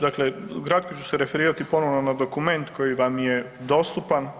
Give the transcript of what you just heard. Dakle, kratko ću se referirati ponovno na dokument koji vam je dostupan.